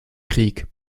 krieg